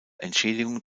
entschädigung